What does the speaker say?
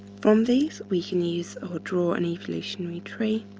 from these, we can use or draw an evolutionary tree